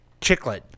chicklet